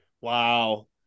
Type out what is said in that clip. Wow